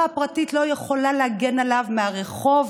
הפרטית לא יכולים להגן עליו מהרחוב,